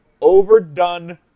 overdone